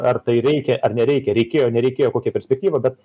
ar tai reikia ar nereikia reikėjo nereikėjo kokia perspektyva bet